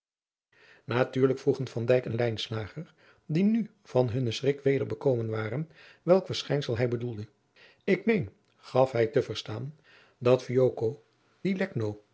natuurlijk vroegen van dijk en lijnslager die nu van hunnen schrik weder bekomen waren welk verschijnsel hij bedoelde ik meen gaf hij te verstaan het